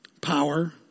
power